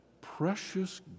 precious